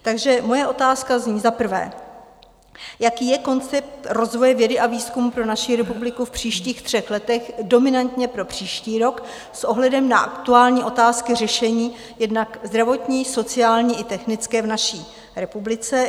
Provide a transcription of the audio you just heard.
Takže moje otázka zní: Za prvé, jaký je koncept rozvoje vědy a výzkumu pro naši republiku v příštích třech letech, dominantně pro příští rok s ohledem na aktuální otázky řešení jednak zdravotní, sociální i technické v naší republice?